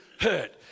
hurt